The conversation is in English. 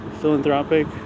philanthropic